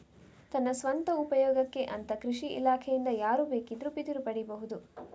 ತನ್ನ ಸ್ವಂತ ಉಪಯೋಗಕ್ಕೆ ಅಂತ ಕೃಷಿ ಇಲಾಖೆಯಿಂದ ಯಾರು ಬೇಕಿದ್ರೂ ಬಿದಿರು ಪಡೀಬಹುದು